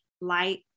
light